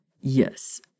Yes